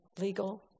legal